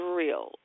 real